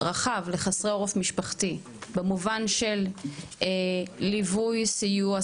רחב לחסרי עורף משפחתי במובן של ליווי סיוע,